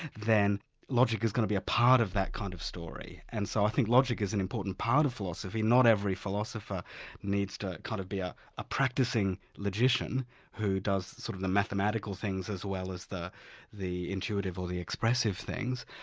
then logic is going to be a part of that kind of story. and so i think logic is an important part of philosophy not every philosopher needs to kind of be ah a practising logician who does, sort of, the mathematical things as well as the the intuitive or the expressive things,